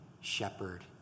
shepherd